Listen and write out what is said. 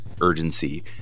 urgency